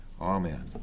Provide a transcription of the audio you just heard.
Amen